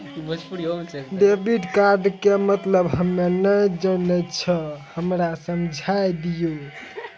Debit card के मतलब हम्मे नैय जानै छौ हमरा समझाय दियौ?